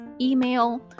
email